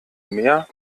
mehr